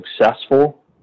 successful